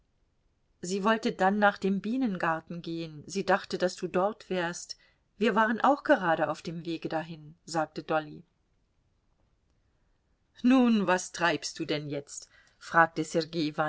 sie wollte dann nach dem bienengarten gehen sie dachte daß du dort wärst wir waren auch gerade auf dem wege dahin sagte dolly nun was treibst du denn jetzt fragte